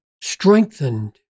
strengthened